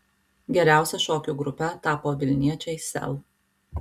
geriausia šokių grupe tapo vilniečiai sel